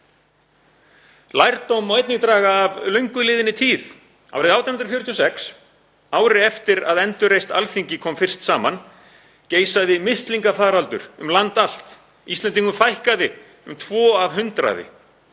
Lærdóm má einnig draga af löngu liðinni tíð. Árið 1846, ári eftir að endurreist Alþingi kom fyrst saman, geisaði mislingafaraldur um land allt. Íslendingum fækkaði um tvo af hundraði